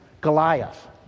Goliath